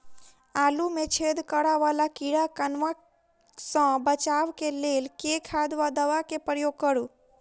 आलु मे छेद करा वला कीड़ा कन्वा सँ बचाब केँ लेल केँ खाद वा दवा केँ प्रयोग करू?